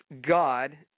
God